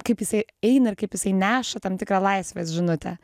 kaip jisai eina ir kaip jisai neša tam tikrą laisvės žinutę